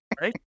Right